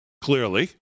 clearly